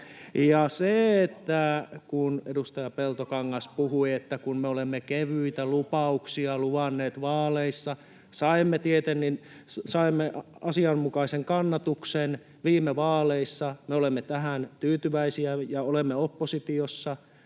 Ja kun edustaja Peltokangas puhui, että me olemme kevyitä lupauksia luvanneet vaaleissa, saimme asianmukaisen kannatuksen viime vaaleissa, me olemme tähän tyytyväisiä ja olemme oppositiossa